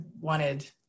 wanted